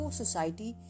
society